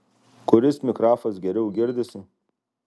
kuris mikrafas geriau girdisi